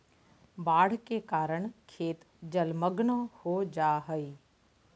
बाढ़ के कारण खेत जलमग्न हो जा हइ